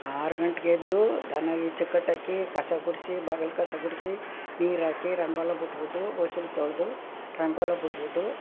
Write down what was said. ಆರು ಗಂಟ್ಗೆ ಎದ್ದು ದನ ಈಚೆ ಕಟ್ಟಾಕಿ ಕಸ ಗುಡಿಸಿ ಬಾಗ್ಲು ಕಸ ಗುಡಿಸಿ ನೀರಾಕಿ ರಂಗೋಲಿ ಬಿಟ್ಬಿಟ್ಟು ಒಸಿ ತೊಳೆದು ರಂಗೋಲಿ ಬಿಟ್ಬಿಟ್ಟು